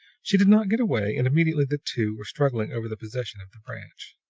she did not get away, and immediately the two were struggling over the possession of the branch.